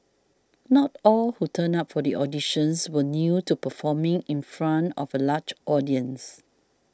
not all who turned up for the auditions were new to performing in front of a large audience